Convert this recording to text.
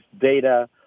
data